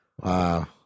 Wow